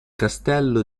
castello